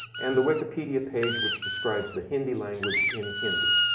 and the wikipedia page which describes the hindi language in hindi.